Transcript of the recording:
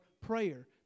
prayer